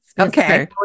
okay